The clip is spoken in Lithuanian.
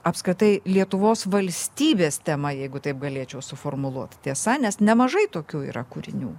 apskritai lietuvos valstybės tema jeigu taip galėčiau suformuluot tiesa nes nemažai tokių yra kūrinių